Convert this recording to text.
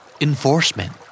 Enforcement